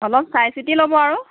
অলপ চাই চিটি ল'ব আৰু